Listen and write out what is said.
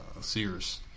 sears